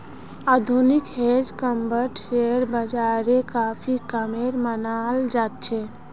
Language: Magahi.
आधुनिक हेज फंडक शेयर बाजारेर काफी कामेर मनाल जा छे